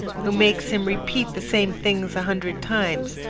who makes him repeat the same things a hundred times,